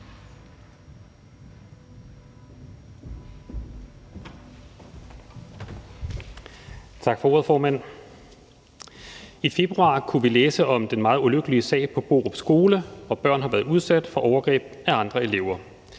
Tak for ordet, formand. I februar kunne vi læse om den meget ulykkelige sag på Borup Skole, hvor børn har været udsat for overgreb af andre elever.